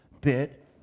bit